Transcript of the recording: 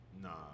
Nah